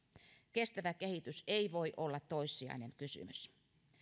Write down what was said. kestävä kehitys ei voi olla toissijainen kysymys